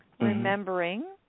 Remembering